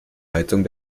heizung